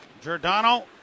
Giordano